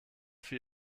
für